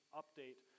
update